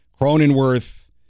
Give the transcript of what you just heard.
Cronenworth